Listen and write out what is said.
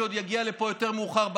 שעוד יגיע לפה יותר מאוחר,